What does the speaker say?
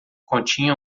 continha